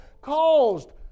caused